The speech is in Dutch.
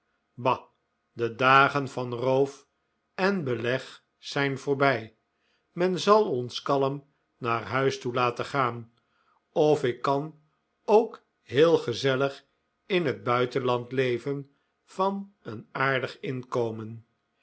bah de dagen van roof en beleg zijn voorbij men zal ons kalm naar huis toe laten gaan of ik kan ook heel gezellig in het buitenland leven van een aardig inkomen